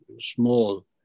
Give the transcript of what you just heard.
small